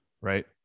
right